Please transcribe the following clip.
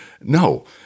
No